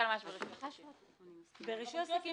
ברישוי עסקים